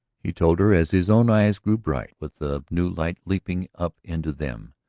he told her as his own eyes grew bright with the new light leaping up into them,